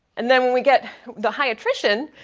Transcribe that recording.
and then when we get the high attrition,